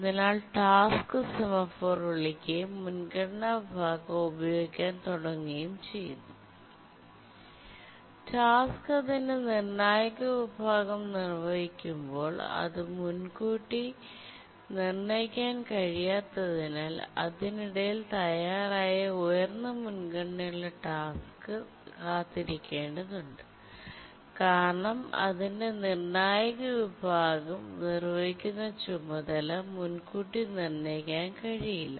അതിനാൽ task semaphore വിളിക്കുകയും മുൻഗണനാ വിഭാഗം ഉപയോഗിക്കാൻ തുടങ്ങുകയും ചെയ്യുന്നു ടാസ്ക് അതിന്റെ നിർണായക വിഭാഗം നിർവ്വഹിക്കുമ്പോൾ അത് മുൻകൂട്ടി നിർണ്ണയിക്കാൻ കഴിയാത്തതിനാൽ അതിനിടയിൽ തയ്യാറായ ഉയർന്ന മുൻഗണനയുള്ള ടാസ്ക് കാത്തിരിക്കേണ്ടതുണ്ട് കാരണം അതിന്റെ നിർണ്ണായക വിഭാഗം നിർവ്വഹിക്കുന്ന ചുമതല മുൻകൂട്ടി നിർണ്ണയിക്കാൻ കഴിയില്ല